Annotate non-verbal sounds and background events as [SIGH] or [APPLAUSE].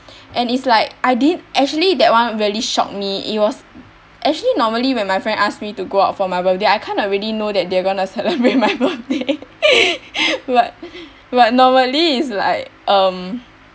and is like I didn't actually that one really shocked me it was actually normally when my friend ask me to go out for my birthday I kinda already know that they are gonna celebrate my birthday [LAUGHS] but but normally is like um